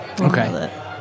Okay